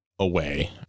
away